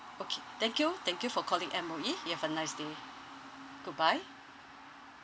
okay thank you thank you for calling M_O_E you have a nice day goodbye